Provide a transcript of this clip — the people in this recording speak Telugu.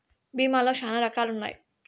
భీమా లో శ్యానా రకాలు ఉన్నాయి